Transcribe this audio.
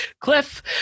cliff